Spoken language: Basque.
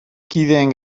kideen